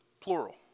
plural